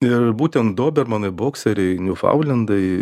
ir būtent dobermanai bokseriai niufaundlendai